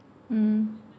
mm